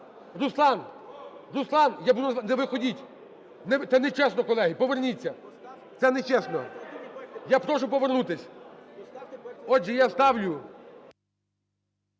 Руслан, Руслан, не виходіть. Це нечесно, колеги, поверніться. Це нечесно. Я прошу повернутись. Отже, я ставлю,